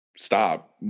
stop